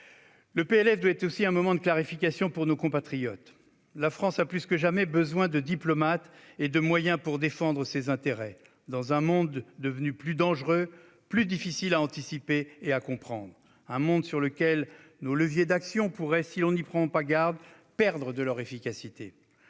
du PLF doit être un moment de clarification pour nos compatriotes : la France a plus que jamais besoin de diplomates et de moyens pour défendre ses intérêts, dans un monde devenu plus dangereux, plus difficile à anticiper et à comprendre- monde sur lequel nos leviers d'action pourraient, si l'on n'y prend pas garde, perdre de leur efficacité.